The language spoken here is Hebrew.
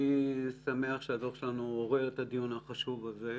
אני שמח שהדוח שלנו עורר את הדיון החשוב הזה.